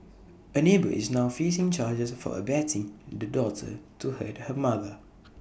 A neighbour is now facing charges for abetting the daughter to hurt her mother